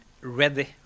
ready